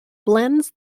blends